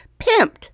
pimped